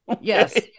Yes